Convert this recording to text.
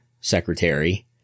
secretary